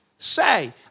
Say